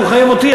זה מחייב אותי,